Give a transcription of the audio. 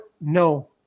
No